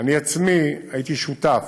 אני עצמי הייתי שותף